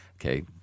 okay